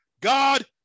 God